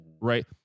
right